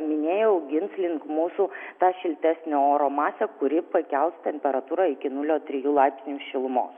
minėjau gins link mūsų tą šiltesnio oro masę kuri pakels temperatūrą iki nulio trijų laipsnių šilumos